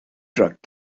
truck